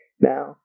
Now